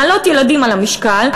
מעלות ילדים על המשקל,